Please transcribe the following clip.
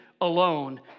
alone